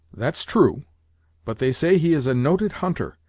that's true but they say he is a noted hunter!